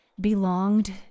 belonged